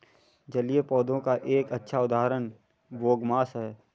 जलीय पौधों का एक अच्छा उदाहरण बोगमास है